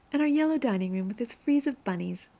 and our yellow dining room, with its frieze of bunnies,